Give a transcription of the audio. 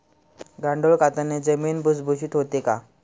गांडूळ खताने जमीन भुसभुशीत होते का?